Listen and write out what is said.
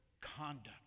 conduct